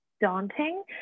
daunting